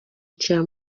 cya